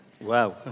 Wow